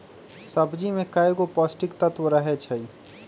सूज्ज़ी में कएगो पौष्टिक तत्त्व रहै छइ